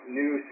new